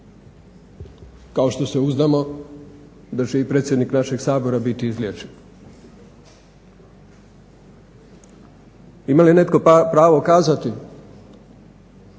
Kao što se uzdamo da će i predsjednik našeg Sabora biti izliječen. Ima li netko pravo kazati